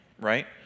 right